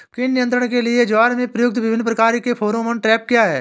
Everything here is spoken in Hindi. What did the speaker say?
कीट नियंत्रण के लिए ज्वार में प्रयुक्त विभिन्न प्रकार के फेरोमोन ट्रैप क्या है?